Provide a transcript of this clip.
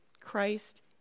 Christ